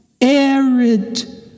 arid